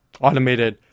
Automated